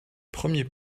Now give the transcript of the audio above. premier